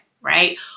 right